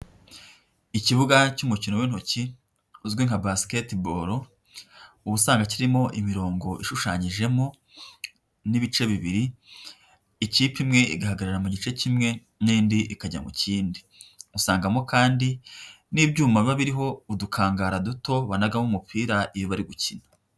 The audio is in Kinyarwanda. Ikibuga cy'umukino w'intoki uzwi nka basketball ubu usanzwe kirimo imirongo ishushanyijemo n'ibice bibiri ikipe imwe igahagarara mu gice kimwe n'indi ikajya mu kindi, usangamo kandi n'ibyuma biba biriho udukangara duto banagamo umupira iyo bari gukina.